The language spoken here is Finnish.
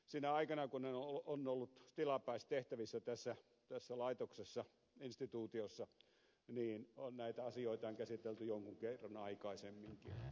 sinä aikana kun olen ollut tilapäistehtävissä tässä laitoksessa instituutiossa näitä asioita on käsitelty jonkun kerran aikaisemminkin